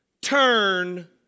turn